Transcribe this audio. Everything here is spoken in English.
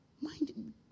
Mind